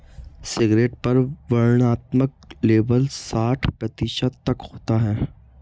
cigarette पर वर्णनात्मक label साठ प्रतिशत तक होता है